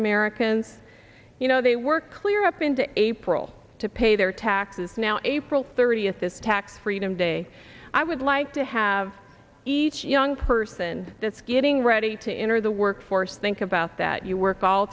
americans you know they were clear up into april to pay their taxes now april thirtieth is tax freedom day i would like to have each young person that's getting ready to enter the workforce think about that you work all